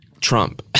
Trump